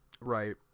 Right